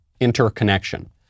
interconnection